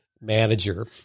manager